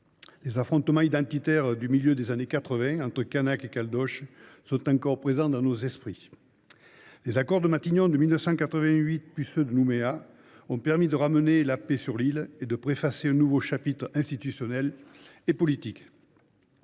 les affrontements identitaires du milieu des années 1980 entre Kanaks et Caldoches sont encore présents dans nos esprits. Les accords de Matignon, en 1988, puis ceux de Nouméa ont permis de ramener la paix sur le territoire et d’ouvrir un nouveau chapitre institutionnel et politique.